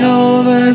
over